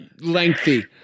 lengthy